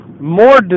more